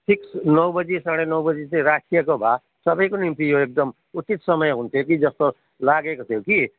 fix नौ बजी साढे नौ बजी चाहिँ राखिएको भए सबैको निम्ति यो एकदम उचित समय हुन्थ्यो कि जस्तो लागेको थियो कि